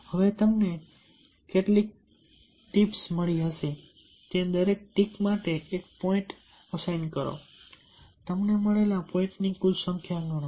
હવે તમને કેટલી ટીક્સ મળી હશે તે દરેક ટિક માટે તમે એક પૉઇન્ટ અસાઇન કરો છો તમને મળેલા પૉઇન્ટની કુલ સંખ્યા ગણો